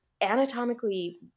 Anatomically